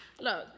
look